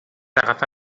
agafa